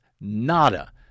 nada